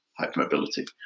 hypermobility